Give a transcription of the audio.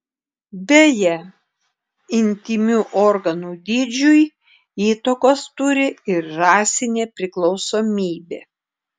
beje intymių organų dydžiui įtakos turi ir rasinė priklausomybė